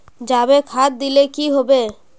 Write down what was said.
जाबे खाद दिले की होबे?